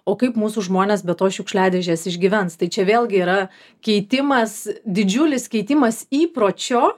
o kaip mūsų žmonės be tos šiukšliadėžės išgyvens tai čia vėlgi yra keitimas didžiulis keitimas įpročio